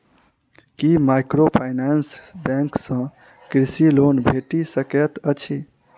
की microfinance bank सँ कृषि loan भेटि सकैत अछि?